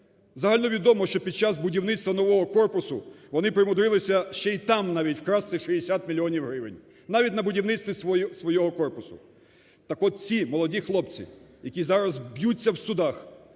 Загальновідомо, що під час будівництва нового корпусу вони примудрилися ще й там навіть вкрасти 60 мільйонів гривень. Навіть на будівництві свого корпусу. Так от ці молоді хлопці, які зараз б'ються в судах